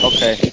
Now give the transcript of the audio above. Okay